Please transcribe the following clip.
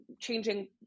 changing